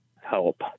help